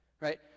Right